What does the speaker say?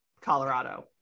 Colorado